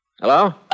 Hello